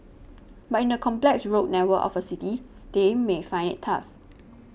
but in the complex road network of a city they may find it tough